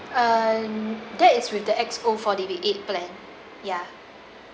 um that is with the X_O forty-eight plan ya